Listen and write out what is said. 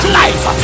life